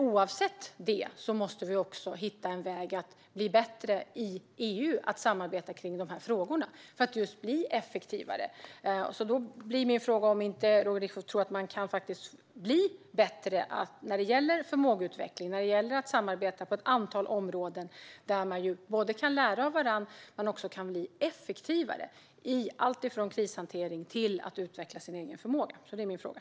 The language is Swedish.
Oavsett detta måste vi dock i EU hitta ett sätt att bli bättre på att samarbeta i dessa frågor, just för att vi ska bli effektivare. Tror inte Roger Richtoff att man kan bli bättre när det gäller förmågeutveckling och att samarbeta på ett antal områden där man både kan lära av varandra och bli effektivare i alltifrån krishantering till att utveckla sin egen förmåga?